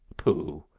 pooh!